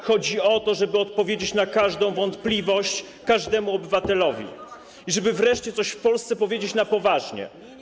Chodzi o to, żeby odpowiedzieć na każdą wątpliwość każdemu obywatelowi i żeby wreszcie coś w Polsce powiedzieć na poważnie.